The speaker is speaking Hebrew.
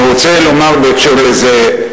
אני רוצה לומר בהקשר זה,